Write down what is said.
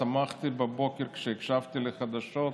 שמחתי בבוקר כשהקשבתי לחדשות,